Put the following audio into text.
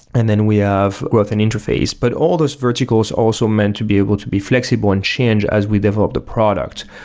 and then we have both an interface but all those verticals also meant to be able to be flexible and change as we develop the product.